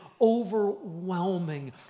overwhelming